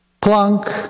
plunk